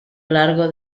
largo